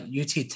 UT